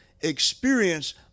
experience